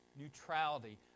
neutrality